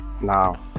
Now